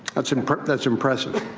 that's and that's impressive.